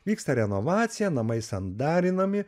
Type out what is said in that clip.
vyksta renovacija namai sandarinami